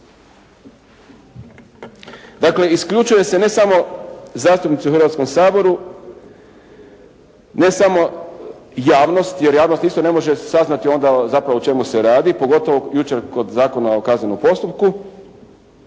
Dakle, isključuju se ne samo zastupnici u Hrvatskom saboru, ne samo javnost jer javnost isto ne može saznati onda o čemu se radi pogotovo jučer kod Zakona o kaznenom postupku,